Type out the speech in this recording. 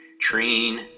train